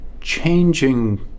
Changing